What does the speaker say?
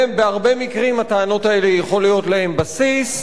בהרבה מקרים לטענות האלה יכול להיות בסיס,